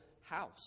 house